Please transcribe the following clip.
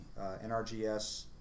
NRGS